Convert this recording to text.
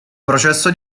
processo